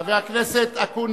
חבר הכנסת אקוניס.